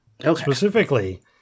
specifically